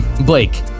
blake